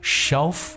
shelf